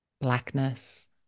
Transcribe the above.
blackness